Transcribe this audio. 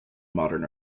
modern